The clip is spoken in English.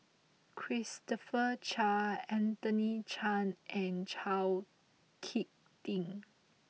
Christopher Chia Anthony Chen and Chao Hick Tin